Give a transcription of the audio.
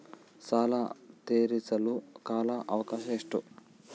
ಸಾಲ ತೇರಿಸಲು ಕಾಲ ಅವಕಾಶ ಎಷ್ಟು?